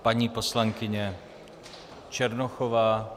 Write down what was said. Paní poslankyně Černochová.